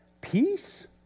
peace